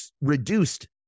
reduced